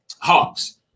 Hawks